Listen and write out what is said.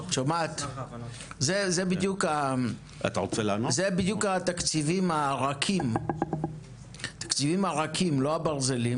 אלה בדיוק התקציבים הרכים לא הברזלים